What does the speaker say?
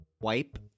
wipe